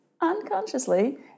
unconsciously